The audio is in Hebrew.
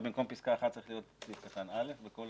במקום פסקה (1) צריך להיות סעיף קטן (א).